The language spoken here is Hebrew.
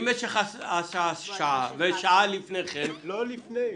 אם יש לך הסעה שלוקחת שעה ושעה לפני כן --- לא לפני.